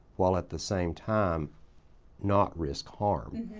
while at the same time not risk harm.